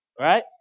right